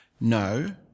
No